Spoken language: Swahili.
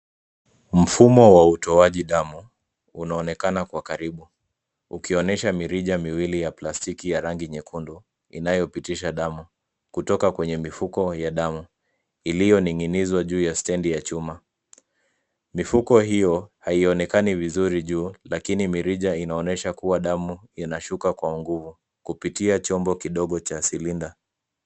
Mfumo wa utoaji damu unonekana kwa karibu ukionyesha mirija miwili ya plastiki ya rangi nyekundu inayopitisha damu kutoka kwenye mifuko ya damu iliyonin'i izwa juu ya stedi ya chuma. Mifuko hiyo haionekani vizuri juu lakini mirija inaonyesha kuwa tamu inashuka kwa nguvu kupitia chombo kidogo cha silinda.